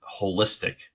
holistic